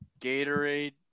Gatorade